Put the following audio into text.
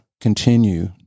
continue